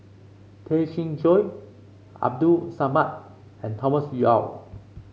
Tay Chin Joo Abdul Samad and Thomas Yeo